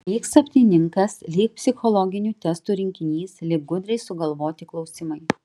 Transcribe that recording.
lyg sapnininkas lyg psichologinių testų rinkinys lyg gudriai sugalvoti klausimai